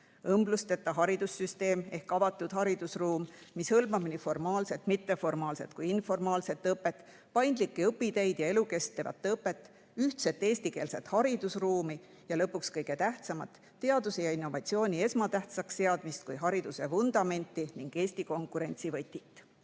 õmblusteta haridussüsteem ehk avatud haridusruum, mis hõlmab nii formaalset, mitteformaalset kui ka informaalset õpet, paindlikke õpiteid ja elukestvat õpet, ühtset eestikeelset haridusruumi ja lõpuks kõige tähtsamat: teaduse ja innovatsiooni kui hariduse vundamendi ning Eesti konkurentsivõtme